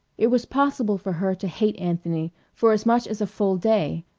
it was possible for her to hate anthony for as much as a full day,